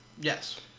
Yes